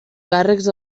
càrrecs